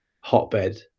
hotbed